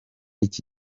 iki